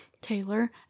Taylor